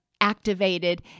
activated